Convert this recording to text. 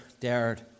dared